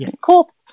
cool